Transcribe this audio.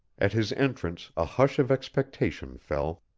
at his entrance a hush of expectation fell.